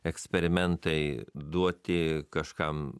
eksperimentai duoti kažkam